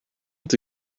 have